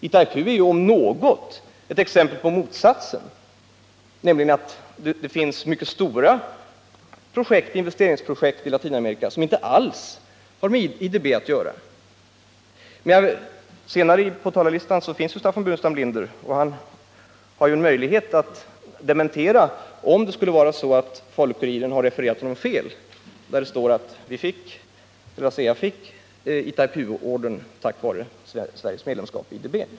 Itaipu är om något ett exempel på motsatsen, nämligen att det i Latinamerika finns mycket stora investeringsprojekt som inte alls har med IDB att göra. Staffan Burenstam Linder finns uppsatt senare på talarlistan, och han har då möjlighet att dementera, om Falu-Kuriren har refererat honom fel när det står att han har sagt att ASEA fick Itaipuordern tack vare Sveriges medlemskap i IDB.